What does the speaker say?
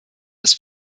des